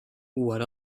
what